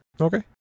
Okay